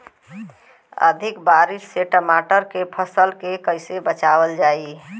अधिक बारिश से टमाटर के फसल के कइसे बचावल जाई?